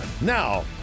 Now